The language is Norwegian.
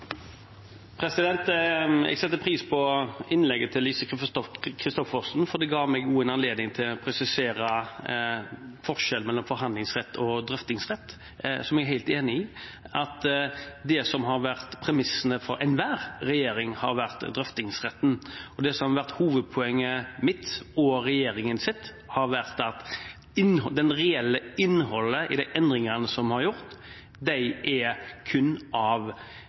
Jeg satte pris på innlegget til Lise Christoffersen, for det gir meg en anledning til også å presisere forskjellen mellom forhandlingsrett og drøftingsrett, der jeg er helt enig i at det som har vært premissene for enhver regjering, har vært drøftingsretten. Det som har vært hovedpoenget mitt – og regjeringens – har vært at det reelle innholdet i de endringene som vi har gjort, kun er av